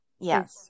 Yes